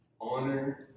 Honor